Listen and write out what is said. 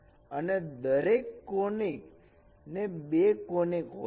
અને દરેક કોનીક ને બે કોનીક હોય છે